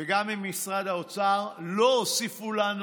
וגם עם משרד האוצר, לא הוסיפו לנו